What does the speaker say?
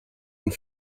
and